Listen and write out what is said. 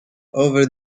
over